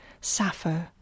Sappho